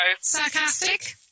sarcastic